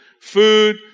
Food